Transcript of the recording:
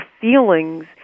feelings